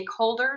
stakeholders